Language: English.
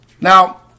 Now